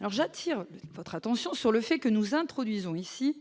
alors j'attire votre attention sur le fait que nous introduisons ici